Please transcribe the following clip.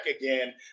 again